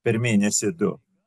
per mėnesį du